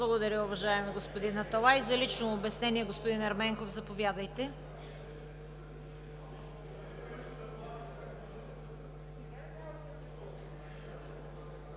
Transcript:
Благодаря, уважаеми господин Аталай. За лично обяснение – господин Ерменков, заповядайте. ТАСКО